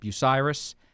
Bucyrus